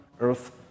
Earth